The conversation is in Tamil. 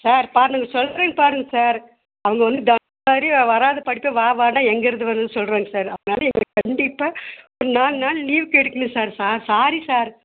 சார் பாருங்கள் சொல்கிறேன் பாருங்க சார் அவங்க வந்து மாதிரி வராத படிப்பை வாவானா எங்கேருந்து வரும் சொல்கிறேங்க சார் அதனால் எங்களுக்கு கண்டிப்பாக ஒரு நாலு நாள் லீவு கிடைக்கணும் சார் சார் சாரி சார்